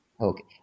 Okay